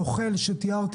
נוכל שתיארתי